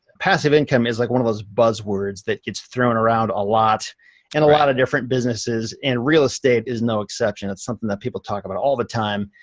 passive income is like one of those buzzwords that gets thrown around a lot in and a lot of different businesses, and real estate is no exception. it's something that people talk about all the time.